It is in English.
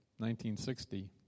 1960